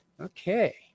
Okay